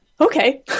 okay